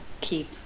keep